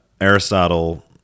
Aristotle